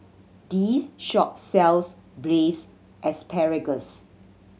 this shop sells Braised Asparagus